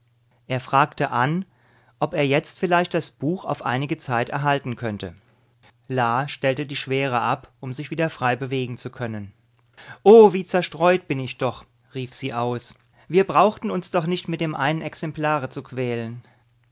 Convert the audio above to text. er fragte an ob er jetzt vielleicht das buch auf einige zeit erhalten könnte la stellte die schwere ab um sich wieder frei bewegen zu können oh wie zerstreut bin ich doch rief sie aus wir brauchten uns doch nicht mit dem einen exemplare zu quälen